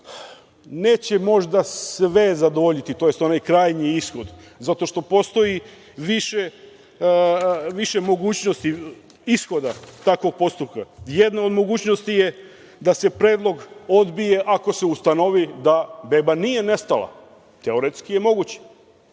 neće možda sve zadovoljiti, tj. onaj krajnji ishod, zato što postoji više mogućnosti, ishoda, takvog postupka. Jedna od mogućnosti je da se predlog odbije ako se ustanovi da beba nije nestala, teoretski je moguće.